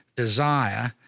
desire,